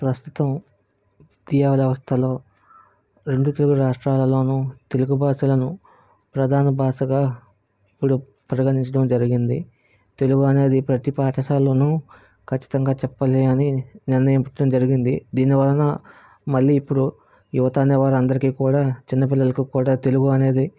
ప్రస్తుతం తీయవల వవస్థలో రెండు తెలుగురాష్ట్రాలలోనూ తెలుగు భాషను ప్రధాన భాషగా ఇప్పుడు ప్రకటించడం జరిగింది తెలుగు అనేది ప్రతీ పాఠశాలలో ఖచ్చితంగా చెప్పాలి అని నిర్ణయించడం జరిగింది దీనివలన మళ్ళి ఇపుడు యువత అనే వారందరికీ కూడా చిన్నపిల్లలకి కూడా తెలుగు అనేది